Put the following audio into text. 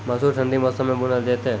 मसूर ठंडी मौसम मे बूनल जेतै?